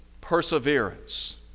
perseverance